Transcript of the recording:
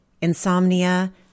insomnia